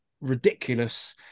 ridiculous